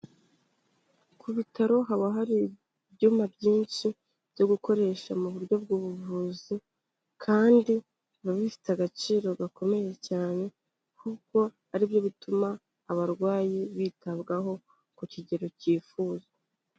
Ku bitaro haba hari ibyuma byinshi byo gukoresha mu buryo bw'ubuvuzi, kandi biba bifite agaciro gakomeye cyane, kuko aribyo bituma abarwayi bitabwaho ku kigero cyifuzwa.